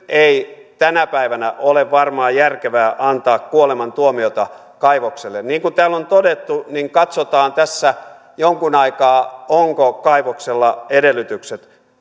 ei tänä päivänä ole varmaan järkevää antaa kuolemantuomiota kaivokselle niin kuin täällä on todettu katsotaan tässä jonkun aikaa onko kaivoksella edellytykset